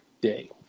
day